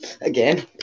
again